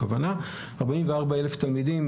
הכוונה 44,000 תלמידים,